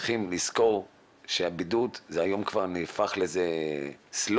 צריכים לזכור שהבידוד והיום זה כבר נהפך לסלוגן